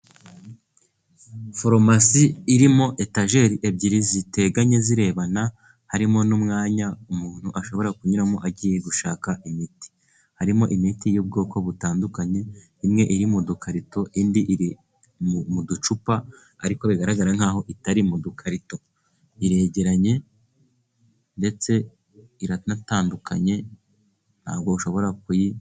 Farumasi irimo etageri ebyiri ziteganye zirebana, harimo n'umwanya umuntu ashobora kunyuramo agiye gushaka imiti, harimo imiti y'ubwoko butandukanye, imwe iri mu dukarito indi iri mu ducupa ,ariko bigaragara nk'aho itari mu dukarito iregeranye ,ndetse iranatandukanye ntabwo ushobora kuyi...